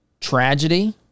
tragedy